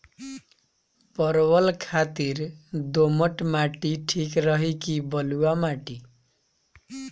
परवल खातिर दोमट माटी ठीक रही कि बलुआ माटी?